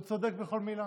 הוא צודק בכל מילה.